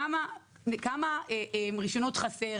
כמה רישיונות חסרים?